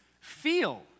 feel